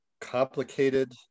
complicated